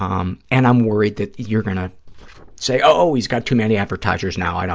um and i'm worried that you're going to say, oh, he's got too many advertisers now, i don't,